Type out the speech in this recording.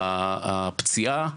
הפציעה,